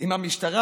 עם המשטרה,